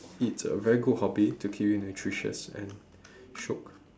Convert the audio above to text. it's a very good hobby to keep you nutritious and shiok